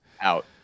Out